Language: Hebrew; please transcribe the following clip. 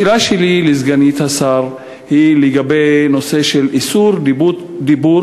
השאלה שלי לסגנית השר היא לגבי איסור דיבור